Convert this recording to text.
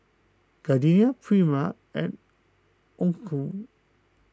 Gardenia Prima and Onkyo